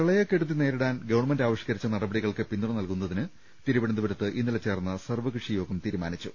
പ്രളയക്കെടുതി നേരിടാൻ ഗവൺമെന്റ് ആവിഷ്കരിച്ച നടപടികൾക്ക് പിന്തുണ നൽകാൻ തിരുവനന്തപുരത്ത് ഇന്നലെ ചേർന്ന സർവ്വകക്ഷിയോഗം തീരുമാനിച്ചു